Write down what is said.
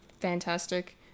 fantastic